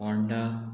Ponda